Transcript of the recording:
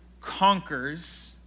conquers